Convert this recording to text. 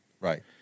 Right